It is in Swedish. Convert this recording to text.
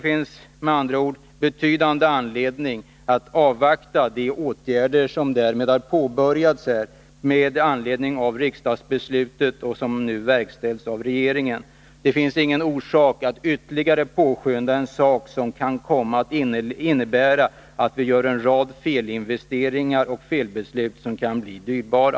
Vi har med andra ord anledning att avvakta de åtgärder som har påbörjats med anledning av riksdagsbeslutet, som nu verkställs av regeringen. Det finns ingen orsak att ytterligare påskynda något som kan komma att innebära en rad felinvesteringar och felaktiga beslut, som kan bli dyrbara.